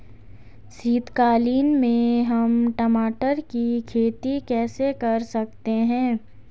शीतकालीन में हम टमाटर की खेती कैसे कर सकते हैं?